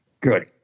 Good